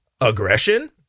Aggression